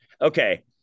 Okay